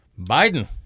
Biden